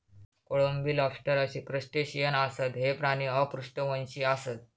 कोळंबी, लॉबस्टर अशी क्रस्टेशियन आसत, हे प्राणी अपृष्ठवंशी आसत